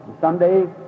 Someday